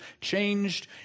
changed